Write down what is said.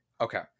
okay